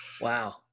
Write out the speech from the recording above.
wow